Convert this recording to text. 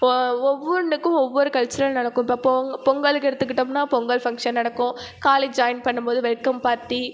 அப்போது ஒவ்வொன்றுக்கும் ஒவ்வொரு கல்ச்சுரல் நடக்கும் இப்போ பொங் பொங்கலுக்கு எடுத்துக்கிட்டோம்னால் பொங்கல் ஃபங்ஷன் நடக்கும் காலேஜ் ஜாய்ன் பண்ணும் போது வெல்கம் பார்ட்டி